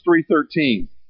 3.13